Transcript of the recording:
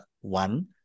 one